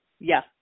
Yes